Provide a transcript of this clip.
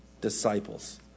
disciples